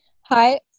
Hi